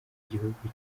gihugu